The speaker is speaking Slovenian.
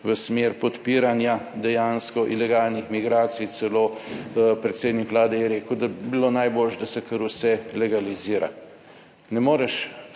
v smer podpiranja dejansko ilegalnih migracij - celo predsednik Vlade je rekel, da bi bilo najboljše, da se kar vse legalizira. Ne moreš